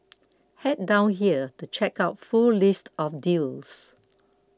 head down here to check out full list of deals